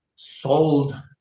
sold